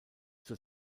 zur